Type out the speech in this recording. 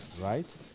right